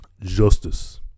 Justice